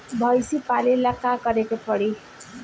भइसी पालेला का करे के पारी?